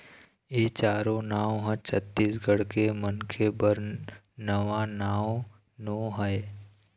ए चारो नांव ह छत्तीसगढ़ के मनखे बर नवा नांव नो हय